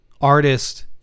artist